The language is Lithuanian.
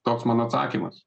toks mano atsakymas